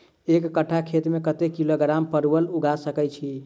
एक कट्ठा खेत मे कत्ते किलोग्राम परवल उगा सकय की??